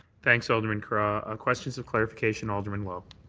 thanks, alderman carra. questions of clarification, alderman lowe.